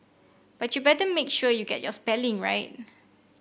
but you better make sure you get your spelling right